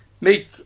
make